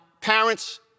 parents